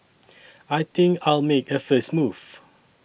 I think I'll make a first move